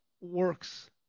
works